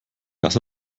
das